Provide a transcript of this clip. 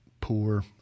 poor